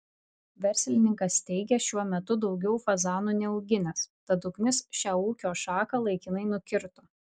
verslininkas teigė šiuo metu daugiau fazanų neauginęs tad ugnis šią ūkio šaką laikinai nukirto